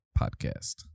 podcast